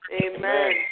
amen